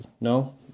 no